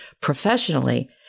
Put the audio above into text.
professionally